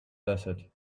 desert